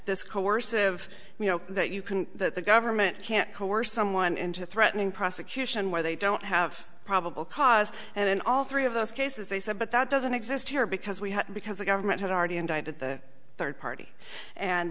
this coercive you know that you can that the government can't coerce someone into threatening prosecution where they don't have probable cause and in all three of those cases they said but that doesn't exist here because we have because the government has already indicted the third party and